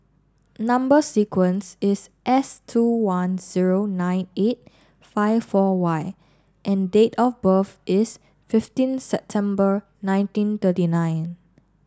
number sequence is S two one zero nine eight five four Y and date of birth is fifteen September nineteen thirty nine